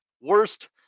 Worst